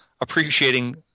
appreciating